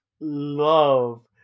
love